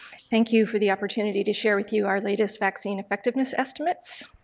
thank you for the opportunity to share with you our latest vaccine effectiveness estimates.